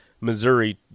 Missouri